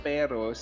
Pero